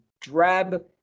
drab